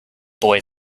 boy